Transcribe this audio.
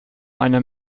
einer